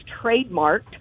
trademarked